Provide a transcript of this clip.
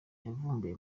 yavumbuye